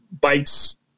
bikes